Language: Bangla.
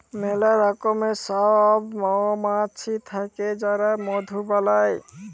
ম্যালা রকমের সব মমাছি থাক্যে যারা মধু বালাই